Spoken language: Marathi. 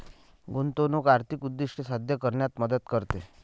गुंतवणूक आर्थिक उद्दिष्टे साध्य करण्यात मदत करते